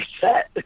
set